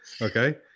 Okay